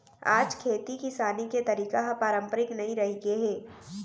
आज खेती किसानी के तरीका ह पारंपरिक नइ रहिगे हे